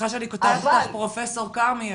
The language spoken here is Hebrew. פרופ' כרמי,